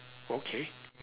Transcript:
okay